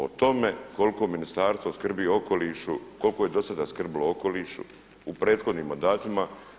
O tome koliko ministarstvo skrbi o okolišu, koliko je do sada skrbilo o okolišu u prethodnim mandatima.